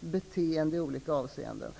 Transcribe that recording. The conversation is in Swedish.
beteende i olika avseenden.